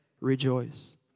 rejoice